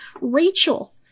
Rachel